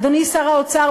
אדוני שר האוצר,